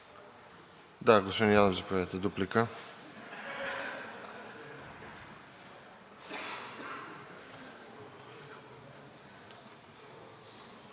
Благодаря, господин Председател.